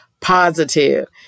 positive